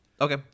Okay